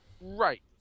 right